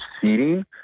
seeding